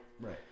Right